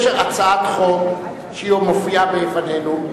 יש הצעת חוק שמופיעה בפנינו.